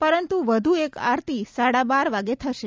પરંતુ વધુ એક આરતી સાડા બાર વાગે થશે